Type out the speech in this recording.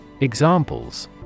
Examples